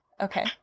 Okay